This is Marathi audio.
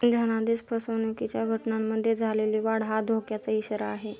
धनादेश फसवणुकीच्या घटनांमध्ये झालेली वाढ हा धोक्याचा इशारा आहे